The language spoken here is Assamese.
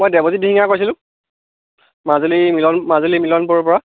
মই দেৱজিৎ দিহিঙ্গীয়াই কৈছিলোঁ মাজুলীৰ মিলন মাজুলী মিলনপুৰৰপৰা